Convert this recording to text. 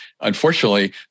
Unfortunately